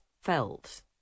felt